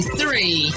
three